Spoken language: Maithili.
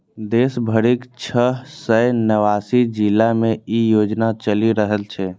देश भरिक छह सय नवासी जिला मे ई योजना चलि रहल छै